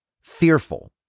fearful